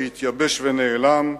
שהתייבש ונעלם,